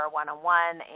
one-on-one